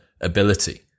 ability